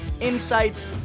insights